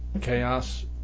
chaos